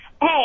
Hey